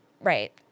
Right